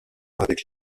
avec